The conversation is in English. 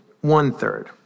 one-third